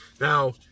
Now